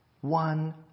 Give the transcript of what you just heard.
One